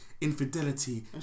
infidelity